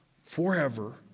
forever